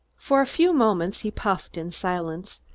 for a few moments he puffed in silence,